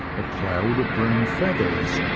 a cloud of brown feathers,